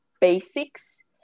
basics